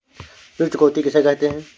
ऋण चुकौती किसे कहते हैं?